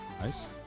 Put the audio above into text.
nice